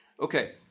Okay